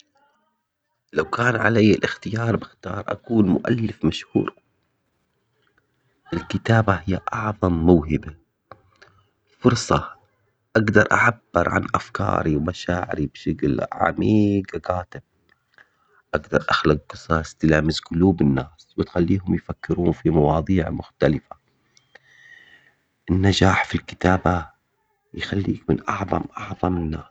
لو كان علي الاختيار بختار اكون مؤلف مشهور. الكتابة هي اعظم موهبة. فرصة اقدر اعبر عن افكاري ومشاعري بشكل عميقة. اقدر اخلق قصص تلامس قلوب الناس يفكرون في مواضيع مختلفة. النجاح في الكتابة يخليك من اعظم اعظم الناس